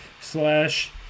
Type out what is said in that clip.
slash